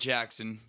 Jackson